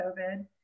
COVID